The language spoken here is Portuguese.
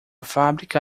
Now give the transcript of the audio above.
fábrica